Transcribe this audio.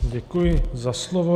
Děkuji za slovo.